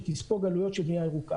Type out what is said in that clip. שתספוג עלויות של בנייה ירוקה.